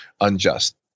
unjust